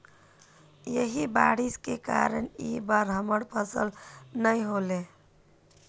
यही बारिश के कारण इ बार हमर फसल नय होले?